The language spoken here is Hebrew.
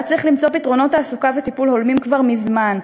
היה צריך למצוא פתרונות תעסוקה וטיפול הולמים כבר מזמן,